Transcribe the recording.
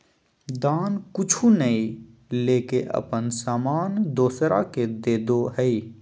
दान कुछु नय लेके अपन सामान दोसरा के देदो हइ